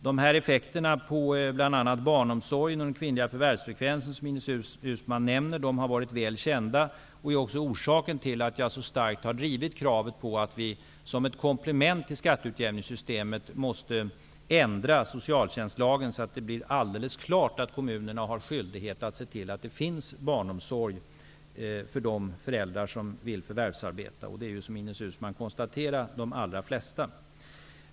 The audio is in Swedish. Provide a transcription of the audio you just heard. De här effekterna på bl.a. barnomsorgen och den kvinnliga förvärvsfrekvensen, som Ines Uusmann nämner, har varit väl kända och är också orsaken till att jag så starkt har drivit kravet på att vi som ett komplement till skatteutjämningssystemet måste ändra socialltjänstlagen så att det blir alldeles klart att kommunerna har skyldighet att se till att det finns barnomsorg för de föräldrar som vill förvärvsarbeta. Det är, som Ines Uusmann konstaterade, de allra flesta.